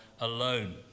alone